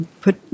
put